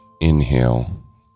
inhale